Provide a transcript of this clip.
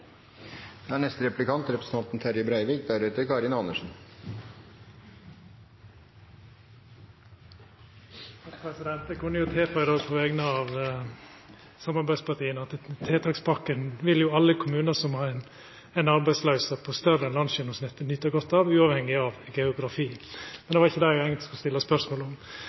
Eg kunne jo tilføya på vegner av samarbeidspartia at tiltakspakken vil alle kommunar som har ei arbeidsløyse som er større enn landsgjennomsnittet, nyta godt av, uavhengig av geografi. Men det var ikkje det eg eigentleg skulle stilla spørsmål om.